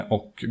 Och